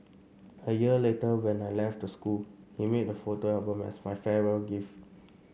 a year later when I left the school he made a photo album as my farewell gift